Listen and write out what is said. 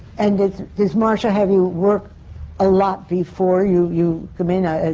and does. does marsha have you work a lot before you. you come in, ah as.